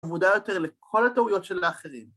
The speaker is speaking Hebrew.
מודע יותר לכל הטעויות של האחרים.